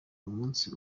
umunsi